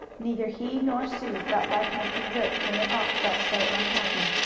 neither he nor sue felt like making jokes when their aunt felt so unhappy.